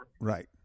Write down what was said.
right